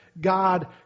God